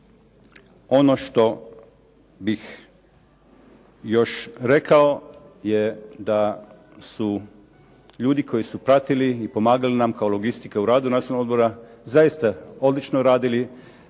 Ono što bih još rekao je da su ljudi koji su pratili i pomagali nam kao logistika u radu Nacionalnog odbora, zaista odlično radili,